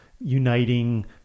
uniting